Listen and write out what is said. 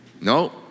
No